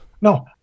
No